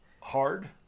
Hard